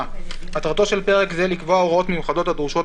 מטרתו של פרק זה לקבוע הוראות מיוחדות הדרושות